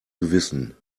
gewissen